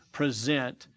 present